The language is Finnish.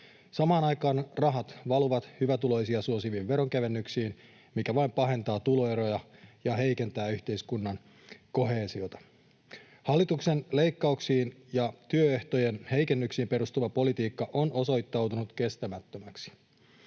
Samaan aikaan rahat valuvat hyvätuloisia suosiviin veronkevennyksiin, mikä vain pahentaa tuloeroja ja heikentää yhteiskunnan koheesiota. Hallituksen leikkauksiin ja työehtojen heikennyksiin perustuva politiikka on osoittautunut kestämättömäksi.